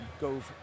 go